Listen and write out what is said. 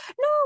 no